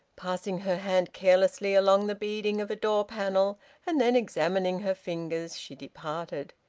passing her hand carelessly along the beading of a door panel and then examining her fingers, she departed.